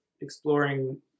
exploring